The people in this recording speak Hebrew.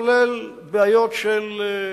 כולל בעיות של,